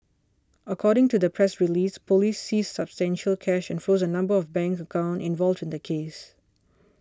according to the press release police seized substantial cash and froze a number of bank accounts involved in the case